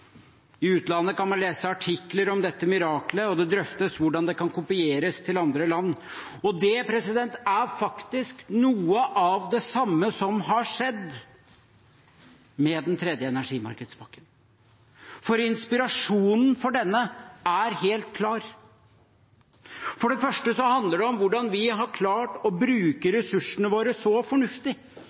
I utlandet kan man lese artikler om dette mirakelet, og det drøftes hvordan det kan kopieres til andre land. Det er faktisk noe av det samme som har skjedd med den tredje energimarkedspakken, for inspirasjonen for denne er helt klar. For det første handler det om hvordan vi har klart å bruke ressursene våre så fornuftig